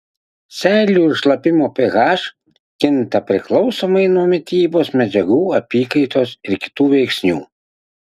seilių ir šlapimo ph kinta priklausomai nuo mitybos medžiagų apykaitos ir kitų veiksnių